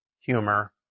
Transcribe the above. humor